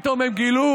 פתאום הם גילו,